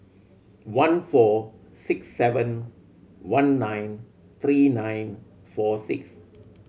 one four six seven one nine three nine four six